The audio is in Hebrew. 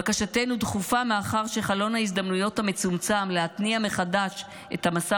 בקשתנו דחופה מאחר שחלון ההזדמנויות המצומצם להתניע מחדש את המשא